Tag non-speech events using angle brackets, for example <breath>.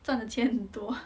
赚的钱很多 <breath>